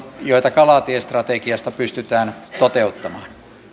joita kalatiestrategiasta pystytään toteuttamaan